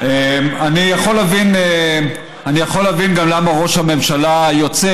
אני יכול להבין גם למה ראש הממשלה יוצא.